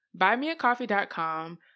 BuyMeACoffee.com